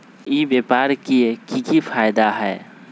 ई व्यापार के की की फायदा है?